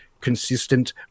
consistent